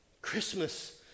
christmas